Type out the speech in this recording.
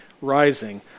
rising